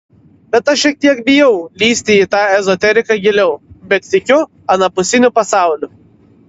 bet aš šiek tiek bijau lįsti į tą ezoteriką giliau bet tikiu anapusiniu pasauliu